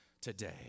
today